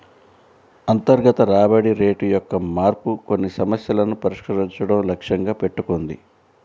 అంతర్గత రాబడి రేటు యొక్క మార్పు కొన్ని సమస్యలను పరిష్కరించడం లక్ష్యంగా పెట్టుకుంది